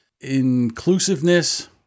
inclusiveness